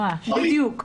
בדיוק.